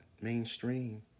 mainstream